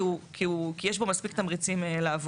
כי הוא יש בו מספיק תמריצים לעבוד.